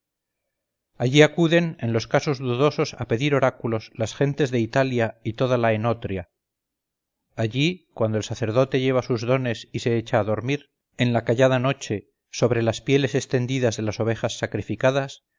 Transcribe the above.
allí acuden en los casos dudosos a pedir oráculos las gentes de italia y toda la enotria allí cuando el sacerdote lleva sus dones y se echa a dormir en la callada noche sobre las pieles extendidas de las ovejas sacrificadas